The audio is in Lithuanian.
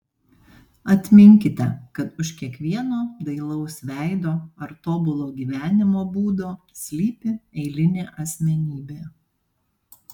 atminkite kad už kiekvieno dailaus veido ar tobulo gyvenimo būdo slypi eilinė asmenybė